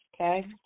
okay